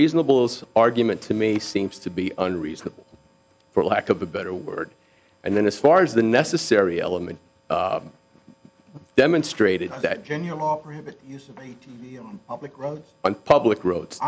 reasonable argument to me seems to be unreasonable for lack of a better word and then as far as the necessary element demonstrated that genuine use of public roads on public roads